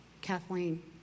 Kathleen